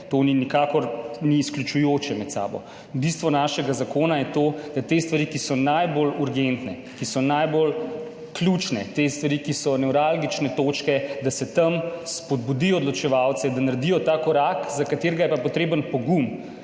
To nikakor ni izključujoče med sabo. Bistvo našega zakona je to, da te stvari, ki so najbolj urgentne, ki so najbolj ključne, te stvari, ki so nevralgične točke, da se tam spodbudi odločevalce, da naredijo ta korak, za katerega je pa potreben pogum,